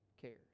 cares